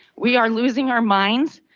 we are losing our minds.